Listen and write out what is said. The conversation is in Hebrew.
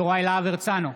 יוראי להב הרצנו,